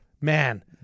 Man